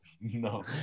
No